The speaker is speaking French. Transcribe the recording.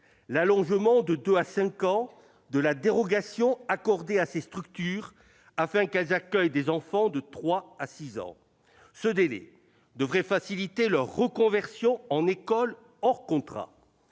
l'allongement de deux à cinq ans de la dérogation accordée à ces structures, afin qu'elles accueillent des enfants de 3 à 6 ans. Ce délai devrait faciliter leur reconversion en école hors contrat,